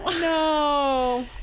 no